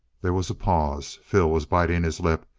there was a pause. phil was biting his lip,